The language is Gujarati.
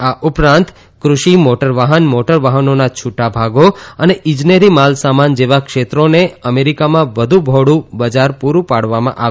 આ ઉપરાંત ક્રૃષિ મોટરવાહન મોટર વાહનોના છૂટાં ભાગો અને ઈજનેરી માલસામાન જેવાં ક્ષેત્રોને અમેરિકામાં વધુ બહોળું બજાર પડું પાડવામાં આવે